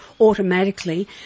automatically